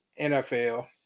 NFL